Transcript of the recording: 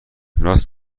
راست